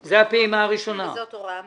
וזאת הוראה מפחיתה.